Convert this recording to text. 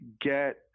get